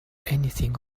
anything